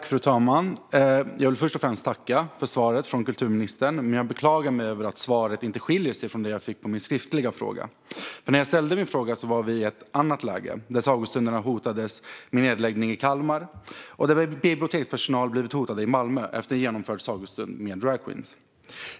Fru talman! Jag vill först och främst tacka för svaret från kulturministern, men jag beklagar att svaret inte skiljer sig från det jag fick på min skriftliga fråga. För när jag ställde min fråga var vi i ett annat läge, där sagostunderna hotades med nedläggning i Kalmar och där bibliotekspersonal blivit hotad i Malmö efter en genomförd sagostund med dragqueens.